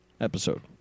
episode